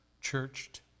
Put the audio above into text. churched